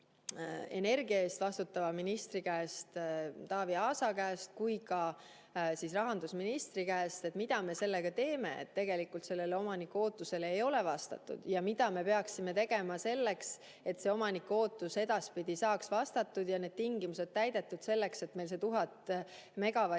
energia eest vastutava ministri Taavi Aasa käest kui ka rahandusministri käest, mida me sellega teeme, et tegelikult omaniku ootusele ei ole vastatud, ja mida me peaksime tegema selleks, et omaniku ootus edaspidi saaks vastatud ja need tingimused täidetud, nii et meil need 1000 megavatti